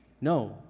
No